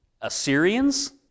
Assyrians